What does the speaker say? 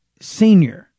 senior